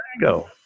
go